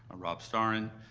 rob starin,